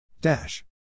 Dash